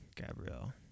Gabrielle